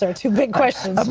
so two big questions.